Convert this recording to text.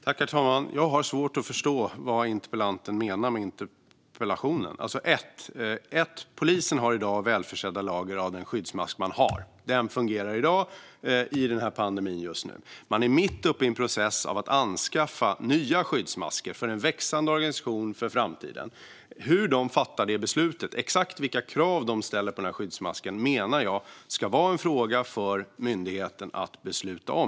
Herr talman! Jag har svårt att förstå vad interpellanten menar med interpellationen. Polisen har i dag välförsedda lager av den skyddsmask man har. Den fungerar i dag, i pandemin som just nu råder. Man är mitt uppe i en process för att anskaffa nya skyddsmasker för en växande organisation i framtiden. Hur man fattar det beslutet och exakt vilka krav man ställer på den skyddsmasken menar jag ska vara en fråga för myndigheten.